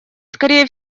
скорее